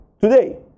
today